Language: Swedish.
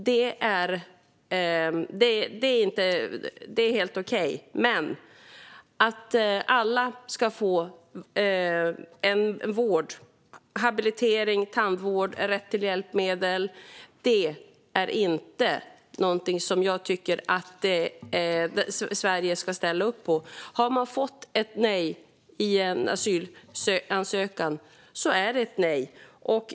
Det är helt okej. Men att alla ska få vård, habilitering, tandvård och rätt till hjälpmedel tycker jag inte att Sverige ska ställa upp på. Har man fått ett nej på en asylansökan ska det vara ett nej.